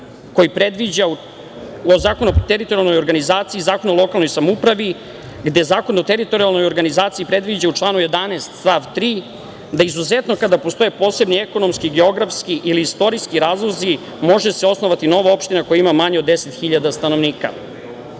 to pre svega u Zakonu o teritorijalnoj organizaciji i Zakonu o lokalnoj samoupravi, gde Zakon o teritorijalnoj organizaciji predviđa u članu 11. stav 3. da izuzetno kada postoje posebni ekonomski, geografski ili istorijski razlozi može se osnovati nova opština koja ima manje od 10.000 stanovnika.